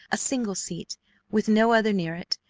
a single seat with no other near it,